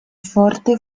forte